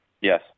Yes